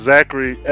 Zachary